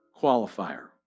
qualifier